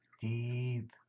deep